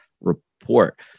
Report